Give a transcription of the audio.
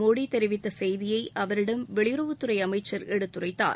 மோதி தெரிவித்த செய்தியை அவரிடம் வெளியுறவுத்துறை அமைச்சர் எடுத்துரைத்தார்